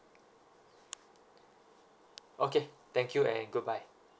okay thank you and goodbye